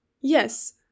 Yes